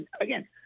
Again